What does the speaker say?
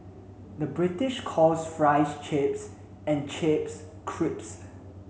the British calls fries chips and chips crisps